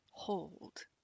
hold